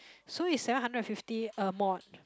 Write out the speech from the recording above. so it's seven hundred and fifty a mod